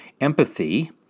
empathy